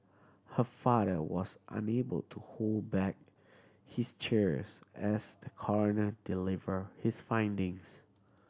her father was unable to hold back his tears as the coroner delivered his findings